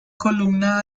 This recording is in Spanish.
columna